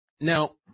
Now